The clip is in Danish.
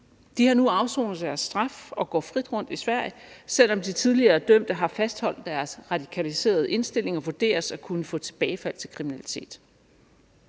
De har nu afsonet deres straf og går frit rundt i Sverige, selv om de tidligere dømte har fastholdt deres radikaliserede indstilling og vurderes at kunne få tilbagefald til kriminalitet.